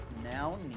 now